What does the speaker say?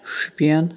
Shopian